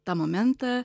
tą momentą